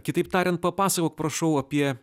kitaip tariant papasakok prašau apie